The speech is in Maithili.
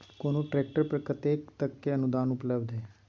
कोनो ट्रैक्टर पर कतेक तक के अनुदान उपलब्ध ये?